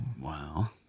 wow